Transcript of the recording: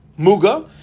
Muga